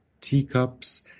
Teacups